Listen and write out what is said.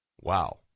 Wow